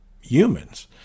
humans